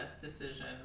decision